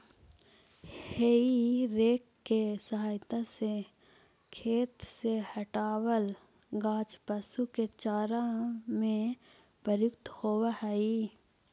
हेइ rake के सहायता से खेत से हँटावल गाछ पशु के चारा में प्रयुक्त होवऽ हई